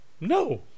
No